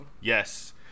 Yes